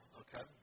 okay